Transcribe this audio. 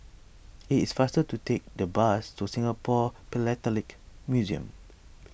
it is faster to take the bus to Singapore Philatelic Museum